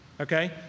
Okay